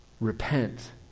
Repent